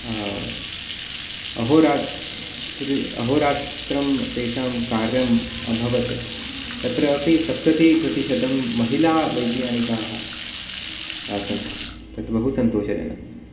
अहोरात्रं रात्रि अहोरात्रं तेषां कार्यं अभवत् तत्रापि सप्ततिप्रतिशतं महिलावैज्ञानिकाः आसन् तत् बहु सन्तोषजनकम्